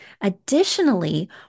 Additionally